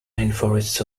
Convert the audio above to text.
rainforests